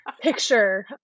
picture